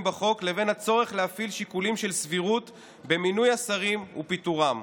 בחוק לבין הצורך להפעיל שיקולים של סבירות במינוי השרים ופיטורם.